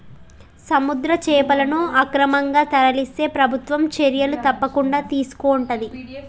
సముద్ర చేపలను అక్రమంగా తరలిస్తే ప్రభుత్వం చర్యలు తప్పకుండా తీసుకొంటది